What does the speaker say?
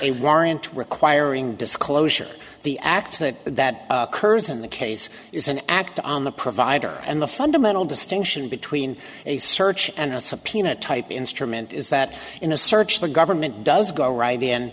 a warrant requiring disclosure the act that that occurs in the case is an act on the provider and the fundamental distinction between a search and a subpoena type instrument is that in a search the government does go right in